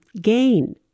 gain